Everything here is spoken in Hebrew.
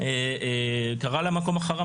בגדה המערבית בכלל ובמזרח ירושלים בכלל,